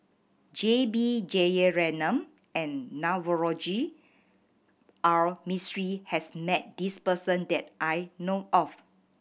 J B Jeyaretnam and Navroji R Mistri has met this person that I know of